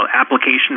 application